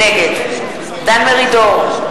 נגד דן מרידור,